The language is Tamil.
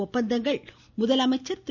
ஒப்பந்தங்கள் முதலமைச்சர் திரு